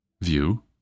view